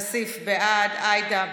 כסיף, בעד, עאידה,